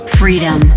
freedom